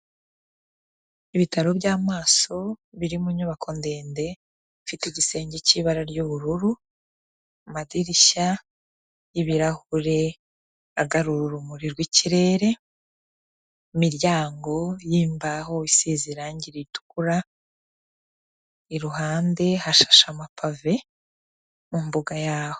Ibitaro by'amaso, biri mu nyubako ndende, ifite igisenge cy'ibara ry'ubururu, amadirishya y'ibirahure agarura urumuri rw'ikirere, imiryango y'imbaho isize irangi ritukura, iruhande hashashe amapave, mu mbuga yaho.